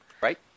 Right